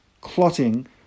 clotting